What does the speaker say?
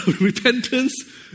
Repentance